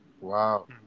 Wow